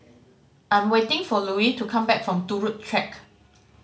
I'm waiting for Louis to come back from Turut Track